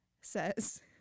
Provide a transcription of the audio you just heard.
says